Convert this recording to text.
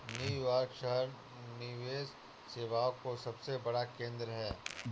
New York शहर निवेश सेवाओं का सबसे बड़ा केंद्र है